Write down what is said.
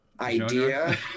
idea